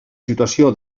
situació